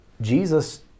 Jesus